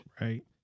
right